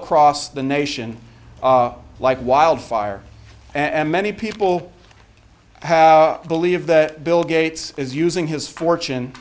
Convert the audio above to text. across the nation like wildfire and many people have believe that bill gates is using his fortune